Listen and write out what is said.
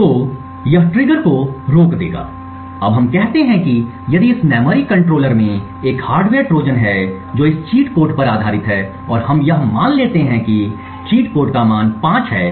तो यह ट्रिगर को रोक देगा अब हम कहते हैं कि यदि इस मेमोरी कंट्रोलर में एक हार्डवेयर ट्रोजन है जो इस चीट कोड पर आधारित है और हम यह मान लेते हैं कि चीट कोड का मान 5 है